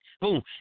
Boom